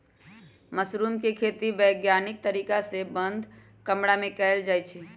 mushroom के खेती वैज्ञानिक तरीका से बंद कमरा में कएल जाई छई